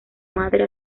madre